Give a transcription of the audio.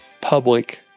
public